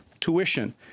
tuition